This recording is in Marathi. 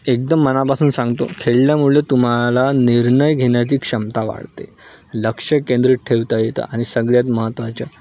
एकदम मनापासून सांगतो खेळल्यामुळं तुम्हाला निर्णय घेण्याची क्षमता वाढते लक्ष केंद्रित ठेवता येतं आणि सगळ्यात महत्त्वाच्या